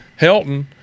helton